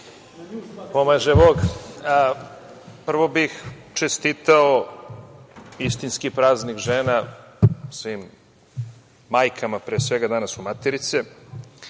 Pomaže Bog. Prvo bih čestitao istinski praznik žena svim majkama, pre svega. Danas su Materice,